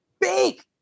big